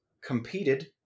competed